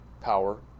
power